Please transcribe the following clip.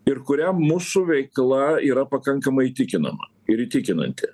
ir kuriem mūsų veikla yra pakankamai įtikinama ir įtikinanti